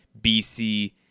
BC